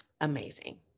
amazing